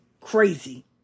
crazy